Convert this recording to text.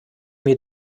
mir